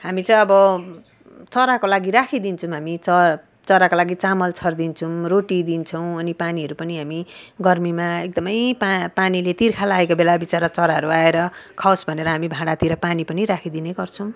हामी चाहिँ अब चराको लागि राखिदिन्छौँ हामी चर चराको लागि चामल छरिदिन्छौँ रोटी दिन्छौँ अनि पानीहरू पनि हामी गर्मीमा एकदम पा पानीले तिर्खा लागेको बेला बिचरा चराहरू आएर खावोस् भनेर हामी भाँडातिर पानी पनि राखिदिने गर्छौँ